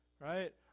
right